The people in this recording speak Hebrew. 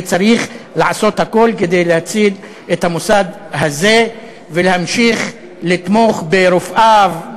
וצריך לעשות הכול כדי להציל את המוסד הזה ולהמשיך לתמוך ברופאיו,